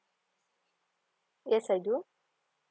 yes I do